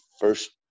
first